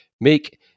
make